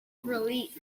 relief